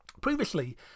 Previously